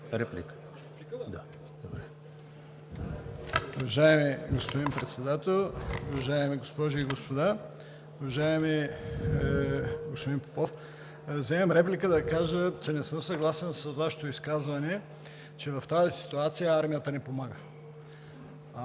вземам реплика да кажа, че не съм съгласен с Вашето изказване, че в тази ситуация армията не помага.